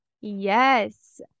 Yes